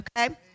Okay